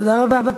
תודה רבה.